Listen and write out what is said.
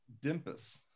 dimpus